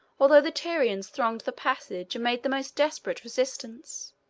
although the tyrians thronged the passage and made the most desperate resistance.